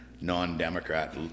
non-Democrat